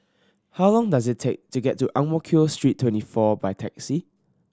how long does it take to get to Ang Mo Kio Street Twenty four by taxi